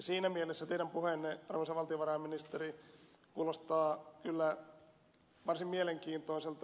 siinä mielessä teidän puheenne arvoisa valtiovarainministeri kuulostaa kyllä varsin mielenkiintoiselta